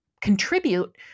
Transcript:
contribute